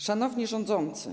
Szanowni rządzący!